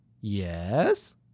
Yes